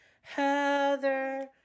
Heather